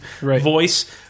voice